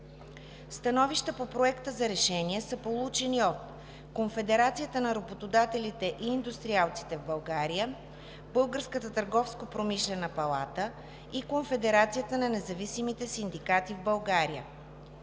Становища по Проекта за решение са получени от: Конфедерацията на работодателите и индустриалците в България (КРИБ), Българската търговско-промишлена палата (БТПП) и Конфедерацията на независимите синдикати в България